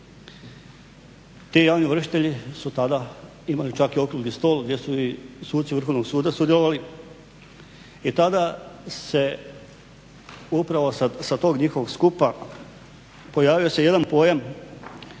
Ti javni ovršitelji su tada imali čak i okrugli stol gdje su i suci Vrhovnog suda sudjelovali i tada se upravo sa tog njihovog skupa pojavio se jedan pojam